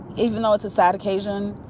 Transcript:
even though it's a sad occasion,